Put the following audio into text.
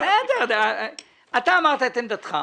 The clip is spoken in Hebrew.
אמרת את עמדתך,